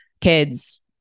kids